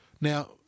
Now